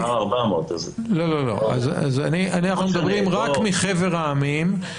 לא, נאמר 400. אנחנו מדברים רק מחבר העמים.